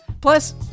Plus